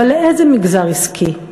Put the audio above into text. אבל לאיזה מגזר עסקי,